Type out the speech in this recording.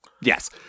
Yes